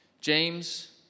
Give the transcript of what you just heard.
James